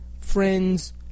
friends